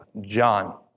John